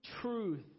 truth